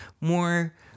more